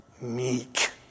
meek